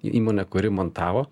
įmonę kuri montavo